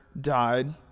died